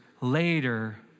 later